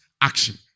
action